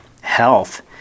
health